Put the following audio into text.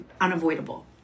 unavoidable